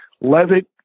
Levitt